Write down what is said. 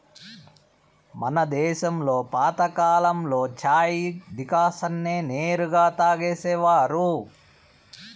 మన దేశంలో పాతకాలంలో చాయ్ డికాషన్ నే నేరుగా తాగేసేవారు